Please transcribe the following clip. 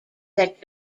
that